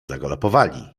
zagalopowali